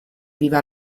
vive